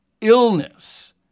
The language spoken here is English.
illness